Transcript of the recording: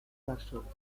varsovia